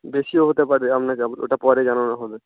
বেশিও হতে পারে আপনাকে ওটা পরে জানানো হবে